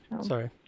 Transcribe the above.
sorry